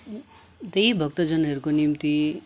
त्यी भक्तजनहरूको निम्ति